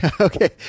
Okay